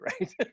right